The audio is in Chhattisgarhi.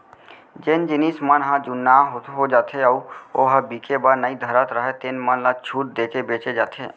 जेन जिनस मन ह जुन्ना हो जाथे अउ ओ ह बिके बर नइ धरत राहय तेन मन ल छूट देके बेचे जाथे